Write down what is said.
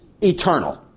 eternal